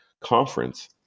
conference